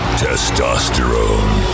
testosterone